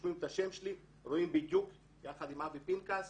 רושמים את השם שלי ורואים בדיוק יחד עם אבי פנקס